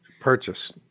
purchase